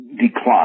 decline